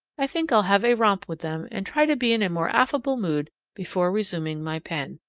i think i'll have a romp with them, and try to be in a more affable mood before resuming my pen.